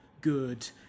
good